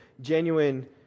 genuine